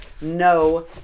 No